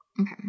Okay